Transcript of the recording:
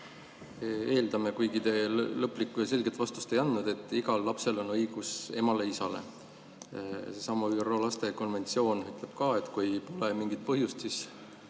Eeldame, kuigi te lõplikku ja selget vastust sellele ei andnud, et igal lapsel on õigus emale ja isale. Seesama ÜRO [lapse õiguste] konventsioon ütleb ka, et kui pole mingit põhjust, siis